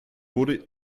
wurde